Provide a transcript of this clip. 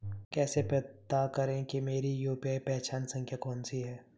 कैसे पता करें कि मेरी यू.पी.आई पहचान संख्या कौनसी है?